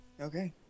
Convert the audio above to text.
Okay